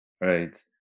Right